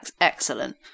excellent